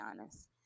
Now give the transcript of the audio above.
honest